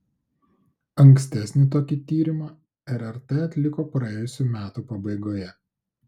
ankstesnį tokį tyrimą rrt atliko praėjusių metų pabaigoje